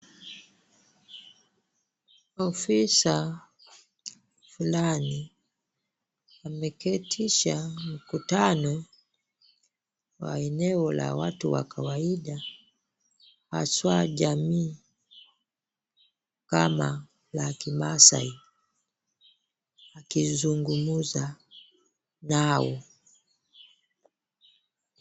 Ofisa fulani, ameketisha mkutano kwa eneo la watu wa kawaida, haswa jamii kama la Kimaasai akizungumza nao.